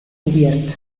cubierta